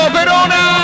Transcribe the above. Verona